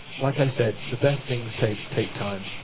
like i said, the best things take take time.